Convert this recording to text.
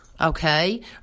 Okay